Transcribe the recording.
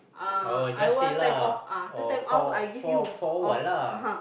oh just say lah oh for for for a while lah